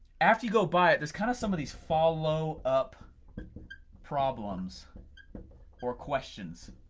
after you go buy it there's kind of some of these follow up problems or questions.